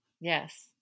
yes